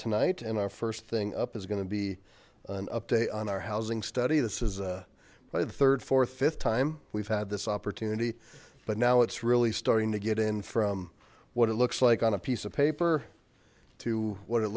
tonight and our first thing up is going to be an update on our housing study this is a by the third fourth fifth time we've had this opportunity but now it's really starting to get in from what it looks like on a piece of paper to what it